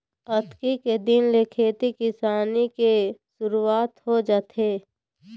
अक्ती के दिन ले खेती किसानी के सुरूवात हो जाथे